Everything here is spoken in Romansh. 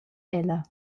ella